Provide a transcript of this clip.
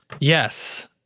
Yes